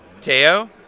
teo